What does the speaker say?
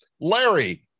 Larry